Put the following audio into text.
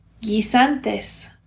guisantes